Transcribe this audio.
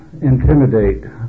intimidate